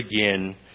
again